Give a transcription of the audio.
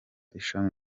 ishami